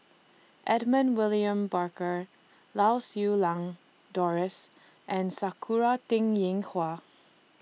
Edmund William Barker Lau Siew Lang Doris and Sakura Teng Ying Hua